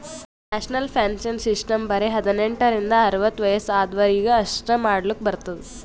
national pension system ಬರೆ ಹದಿನೆಂಟ ರಿಂದ ಅರ್ವತ್ ವಯಸ್ಸ ಆದ್ವರಿಗ್ ಅಷ್ಟೇ ಮಾಡ್ಲಕ್ ಬರ್ತುದ್